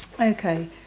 Okay